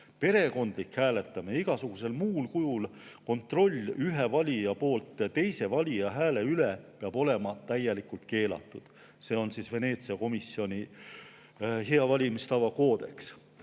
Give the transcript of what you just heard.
Perekondlik hääletamine ja igasugusel muul kujul kontroll ühe valija poolt teise valija hääle üle peab olema täielikult keelatud. See [on kirjas] Veneetsia komisjoni hea valimistava koodeksis.